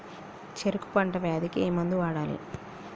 చెరుకు పంట వ్యాధి కి ఏ మందు వాడాలి?